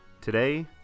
Today